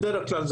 בדרך כלל,